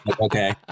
okay